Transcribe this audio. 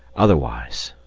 otherwise